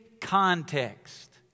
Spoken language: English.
context